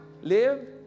Live